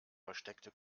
versteckte